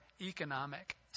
economic